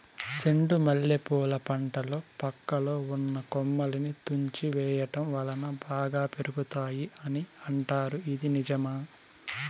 చెండు మల్లె పూల పంటలో పక్కలో ఉన్న కొమ్మలని తుంచి వేయటం వలన బాగా పెరుగుతాయి అని అంటారు ఇది నిజమా?